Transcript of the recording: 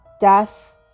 death